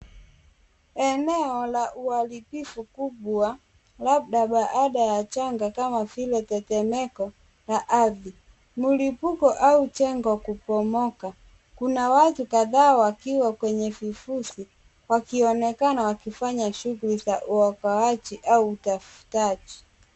Eneo la uharibifu kubwa, labda baada ya janga kama vile tetemeko la ardhi, mlipuko au jengo kubomoka. Kuna watu kadhaa wakiwa kwenye vifusi wakionekana wakifanya shughuli za uokoaji au utaftaji.